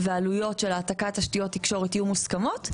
ועלויות העתקת תשתיות התקשורת יהיו מוסכמות.